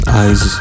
eyes